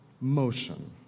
motion